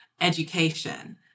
education